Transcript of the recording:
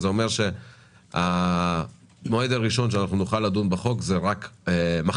זה אומר שהמועד הראשון שנוכל לדון בהצעת החוק הוא רק מחר.